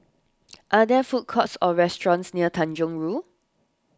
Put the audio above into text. are there food courts or restaurants near Tanjong Rhu